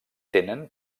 tenen